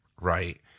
Right